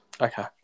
Okay